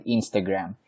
Instagram